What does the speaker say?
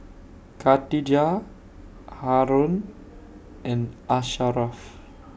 Khatijah Haron and Asharaff